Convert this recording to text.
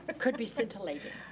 ah could be scintillating.